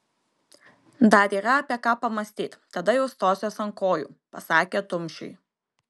dar yra apie ką pamąstyt tada jau stosiuos ant kojų pasakė tumšiui